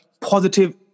positive